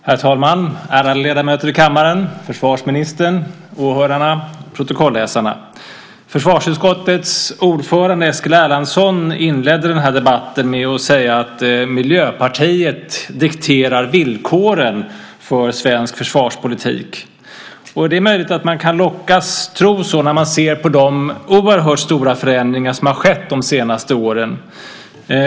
Herr talman! Ärade ledamöter i kammaren! Försvarsministern! Åhörare och protokollsläsare! Försvarsutskottets ordförande Eskil Erlandsson inledde den här debatten med att säga att Miljöpartiet dikterar villkoren för svensk försvarspolitik. Det är möjligt att man kan lockas att tro det när man ser de oerhört stora förändringar som har skett de senaste åren.